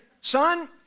son